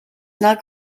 nag